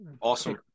Awesome